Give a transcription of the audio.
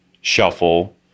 shuffle